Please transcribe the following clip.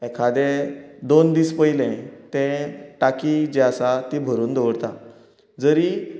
एखादे दोन दीस पयले तें टाकी जी आसा ती भरून दवरतात जरी